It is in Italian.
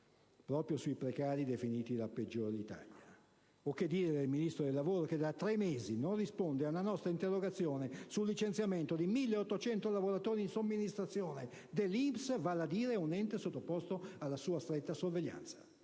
proprio sui precari, definiti «la peggiore Italia». Che dire, ancora, del Ministro del lavoro che da tre mesi non risponde a una nostra interrogazione sul licenziamento di 1.800 lavoratori in somministrazione dell'INPS, vale a dire di un ente sottoposto alla sua diretta sorveglianza?